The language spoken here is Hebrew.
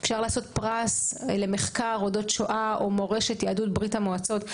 אפשר לעשות פרס למחקר אודות שואה או מורשת יהדות ברית המועצות.